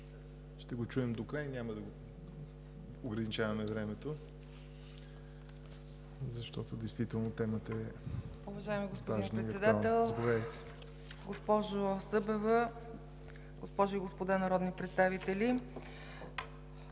Ще го чуем докрай. Няма да ограничаваме времето, защото действително темата е важна и актуална.